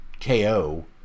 KO